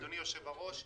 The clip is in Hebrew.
אדוני היושב-ראש,